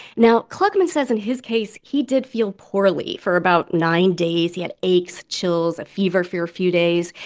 now, klugman says in his case, he did feel poorly poorly for about nine days. he had aches, chills, a fever for a few days.